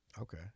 Okay